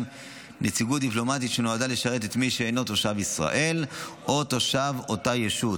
נציגות דיפלומטית שנועדה לשרת את מי שאינו תושב ישראל או תושב אותה ישות.